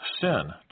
sin